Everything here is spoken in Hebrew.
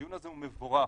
הדיון הזה הוא מבורך